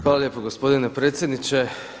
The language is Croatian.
Hvala lijepo gospodine predsjedniče.